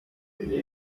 yaraye